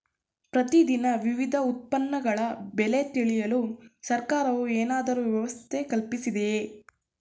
ಪ್ರತಿ ದಿನ ವಿವಿಧ ಉತ್ಪನ್ನಗಳ ಬೆಲೆ ತಿಳಿಯಲು ಸರ್ಕಾರವು ಏನಾದರೂ ವ್ಯವಸ್ಥೆ ಕಲ್ಪಿಸಿದೆಯೇ?